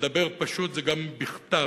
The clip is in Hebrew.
לדבר פשוט זה גם בכתב.